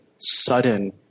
sudden